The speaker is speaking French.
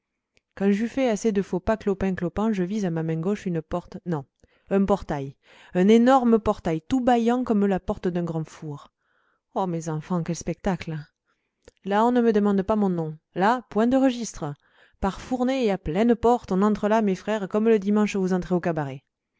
quand j'eus fait assez de faux pas clopin-clopant je vis à ma main gauche une porte non un portail un énorme portail tout bâillant comme la porte d'un grand four oh mes enfants quel spectacle là on ne demande pas mon nom là point de registre par fournées et à pleine porte on entre là mes frères comme le dimanche vous entrez au cabaret